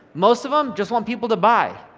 most of them just want people to buy,